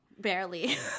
Barely